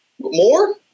More